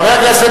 חבר הכנסת